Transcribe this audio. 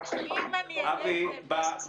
זה הגיוני אבל אני נזכר באמירה ש-50%